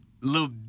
little